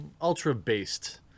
Ultra-based